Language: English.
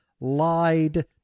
lied